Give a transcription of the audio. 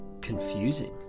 confusing